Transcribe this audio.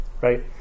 right